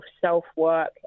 self-work